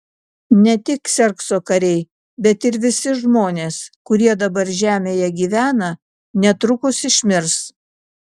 ne tik kserkso kariai bet ir visi žmonės kurie dabar žemėje gyvena netrukus išmirs